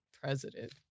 president